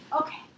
okay